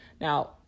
Now